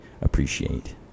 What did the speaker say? appreciate